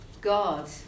God